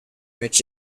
which